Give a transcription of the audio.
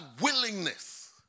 willingness